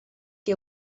que